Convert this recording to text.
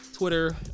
Twitter